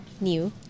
new